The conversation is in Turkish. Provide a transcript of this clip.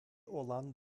olan